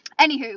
Anywho